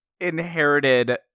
inherited